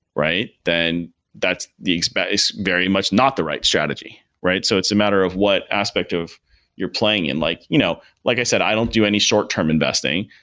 then that's the it's but it's very much not the right strategy, right? so it's a matter of what aspect of your playing in. like you know like i said, i don't do any short-term investing.